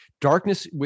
darkness